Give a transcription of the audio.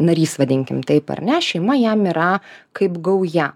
narys vadinkim taip ar ne šeima jam yra kaip gauja